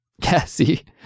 Cassie